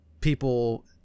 people